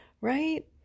Right